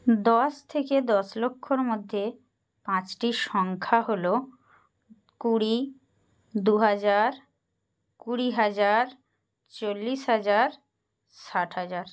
দশ থেকে দশ লক্ষর মধ্যে পাঁচটি সংখ্যা হল কুড়ি দু হাজার কুড়ি হাজার চল্লিশ হাজার ষাট হাজার